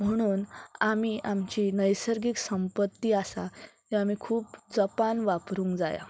म्हणून आमी आमची नैसर्गीक संपत्ती आसा ती आमी खूब जपान वापरूंक जाया